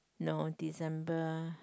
no December